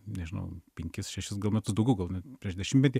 nežinau penkis šešis gal metus daugiau gal prieš dešimtmetį